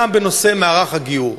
גם בנושא מערך הגיור.